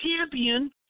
champion